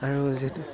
আৰু যিহেতু